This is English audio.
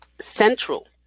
central